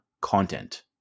content